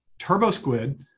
TurboSquid